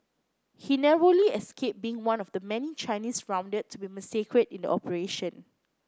he narrowly escaped being one of the many Chinese rounded to be massacred in the operation